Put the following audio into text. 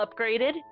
upgraded